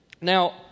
Now